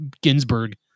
Ginsburg